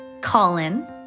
Colin